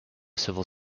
civil